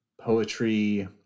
poetry